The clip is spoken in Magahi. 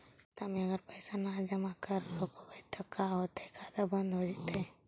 खाता मे अगर पैसा जमा न कर रोपबै त का होतै खाता बन्द हो जैतै?